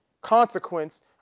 consequence